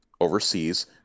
overseas